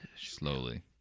slowly